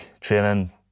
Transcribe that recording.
training